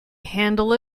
handle